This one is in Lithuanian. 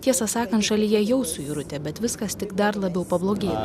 tiesą sakant šalyje jau suirutė bet viskas tik dar labiau pablogėjo